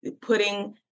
putting